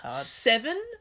Seven